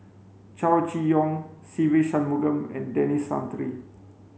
Chow Chee Yong Se Ve Shanmugam and Denis Santry